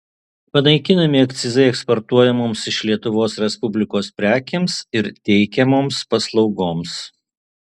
panaikinami akcizai eksportuojamoms iš lietuvos respublikos prekėms ir teikiamoms paslaugoms